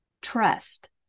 trust